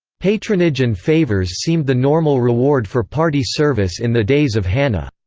patronage and favors seemed the normal reward for party service in the days of hanna.